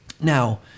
Now